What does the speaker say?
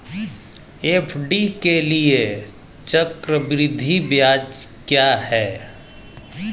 FD के लिए चक्रवृद्धि ब्याज क्या है?